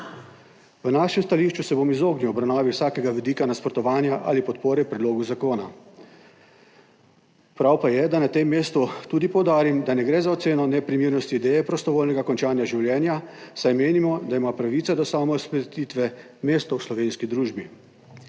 V našem stališču se bom izognil obravnavi vsakega vidika nasprotovanja ali podpore predlogu zakona. Prav pa je, da na tem mestu tudi poudarim, da ne gre za oceno neprimernosti ideje prostovoljnega končanja življenja, saj menimo, da ima pravica do samousmrtitve mesto v slovenski družbi.